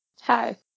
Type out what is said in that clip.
Hi